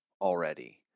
already